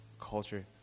culture